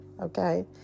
okay